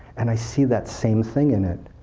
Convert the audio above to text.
and i see that same thing in it.